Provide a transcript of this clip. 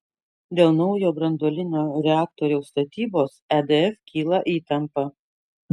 dėl naujo branduolinio reaktoriaus statybos edf kyla įtampa